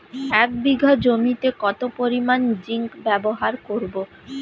এক বিঘা জমিতে কত পরিমান জিংক ব্যবহার করব?